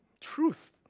truth